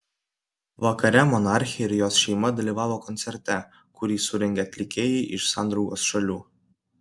vakare monarchė ir jos šeima dalyvavo koncerte kurį surengė atlikėjai iš sandraugos šalių